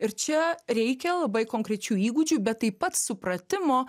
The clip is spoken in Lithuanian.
ir čia reikia labai konkrečių įgūdžių bet taip pat supratimo